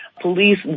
police